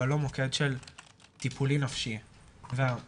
אבל לא מוקד של טיפולי נפשי והתלמידים